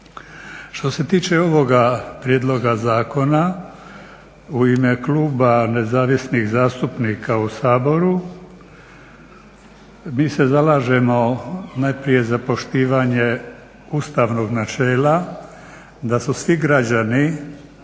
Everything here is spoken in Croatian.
Što se tiče ovoga prijedloga zakona u ime kluba nezavisnih zastupnika u Saboru mi se zalažemo najprije za poštivanje ustavnog načela da su svi građani